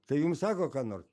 tai jum sako ką nor